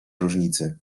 różnicy